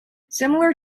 similar